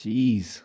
Jeez